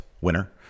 winner